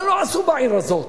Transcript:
מה לא עשו בעיר הזאת?